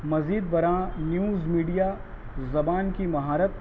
مزید بر آں نیوز میڈیا زبان کی مہارت